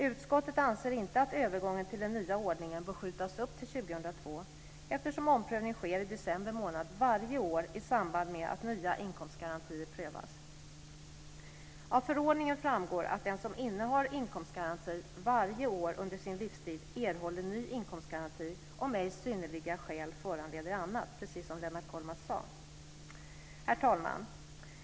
Utskottet anser inte att övergången till den nya ordningen bör skjutas upp till 2002, eftersom omprövning sker i december månad varje år i samband med att nya inkomstgarantier prövas. Av förordningen framgår att den som innehar inkomstgaranti varje år under sin livstid erhåller ny inkomstgaranti, om ej synnerliga skäl föranleder annat, precis som Lennart Kollmats sade. Herr talman!